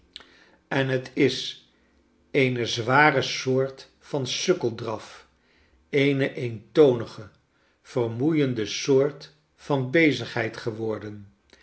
en het is eene zware soort van sukkeldraf eene eentonige vermoeiende soort van bezigheid geworden